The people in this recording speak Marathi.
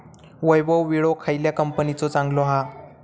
वैभव विळो खयल्या कंपनीचो चांगलो हा?